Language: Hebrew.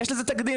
ויש לזה תקדים,